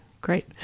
Great